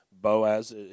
Boaz